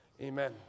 Amen